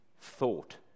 thought